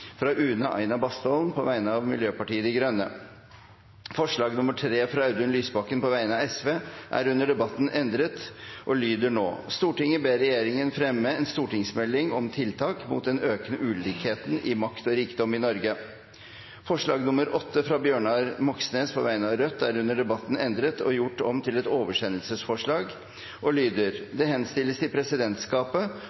fra Une Aina Bastholm på vegne av Miljøpartiet De Grønne Under debatten er forslag nr. 3, fra Sosialistisk Venstreparti, endret. Forslaget lyder i endret form: «Stortinget ber regjeringen fremme en stortingsmelding om tiltak mot den økende ulikheten i makt og rikdom i Norge.» Under debatten er forslag nr. 8, fra Rødt, gjort om til et oversendelsesforslag og lyder